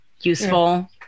useful